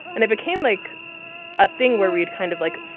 and it became like a thing where we'd kind of like.